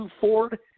Ford